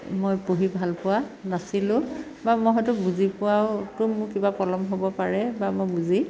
মই পঢ়ি ভাল পোৱা নাছিলোঁ বা মই হয়তো বুজি পোৱাওতো মোৰ কিবা পলম হ'ব পাৰে বা মই বুজি